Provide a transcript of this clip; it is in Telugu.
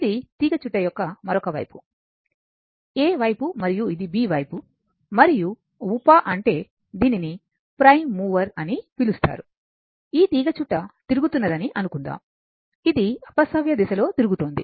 ఇది తీగచుట్ట యొక్క మరొక వైపు A వైపు మరియు ఇది B వైపు మరియు ఉప అంటే దీనిని ప్రైమ్ మూవర్ అని పిలుస్తారు ఈ తీగచుట్ట తిరుగుతున్నదని అనుకుందాం ఇది అపనవ్య దిశలో తిరుగుతోంది